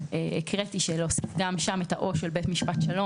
הקראתי להוסיף גם שם את בית משפט שלום,